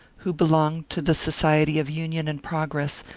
who belonged to the society of union and progress,